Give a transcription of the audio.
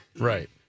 Right